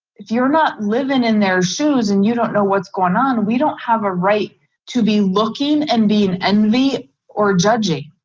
if you're not living in their shoes and you don't know what's going on, we don't have a right to be looking and being envy or judging,